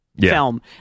film